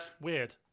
weird